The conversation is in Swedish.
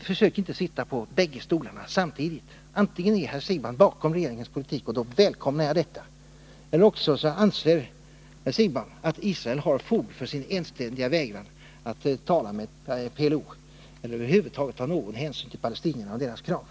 Försök inte sitta på bägge stolarna samtidigt! Antingen står herr Siegbahn bakom regeringens politik, och då välkomnar jag detta. Eller också anser herr Siegbahn att Israel har fog för sin enständiga vägran att tala med PLO eller över huvud taget ta någon hänsyn till palestinierna och deras krav.